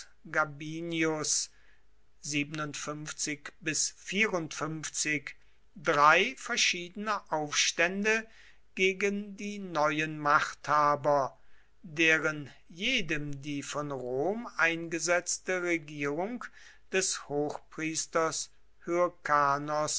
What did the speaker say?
gabinius drei verschiedene aufstände gegen die neuen machthaber deren jedem die von rom eingesetzte regierung des